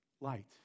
light